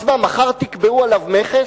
אז מה, מחר תקבעו עליו מכס?